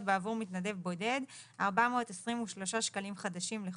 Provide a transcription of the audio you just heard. בעבור מתנד בודד - 423 שקלים חדשים לחודש,